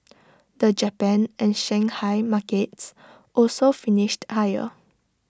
the Japan and Shanghai markets also finished higher